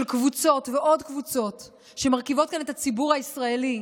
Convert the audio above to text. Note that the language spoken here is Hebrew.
של קבוצות ועוד קבוצות שמרכיבות כאן את הציבור הישראלי,